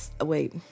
wait